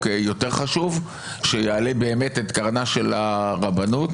יותר חשוב שיעלה באמת את קרנה של הרבנות,